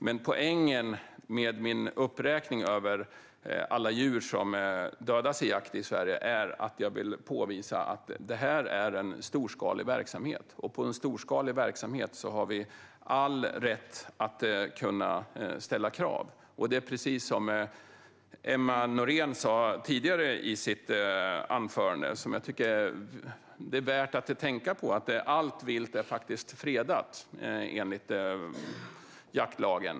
Min poäng med uppräkningen av alla djur som dödas i jakt i Sverige är att påvisa att det är en storskalig verksamhet, och på storskalig verksamhet har vi all rätt att ställa krav. Precis som Emma Nohrén sa i sitt anförande tidigare är det värt att tänka på att enligt jaktlagen är allt vilt fredat.